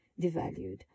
devalued